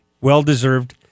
Well-deserved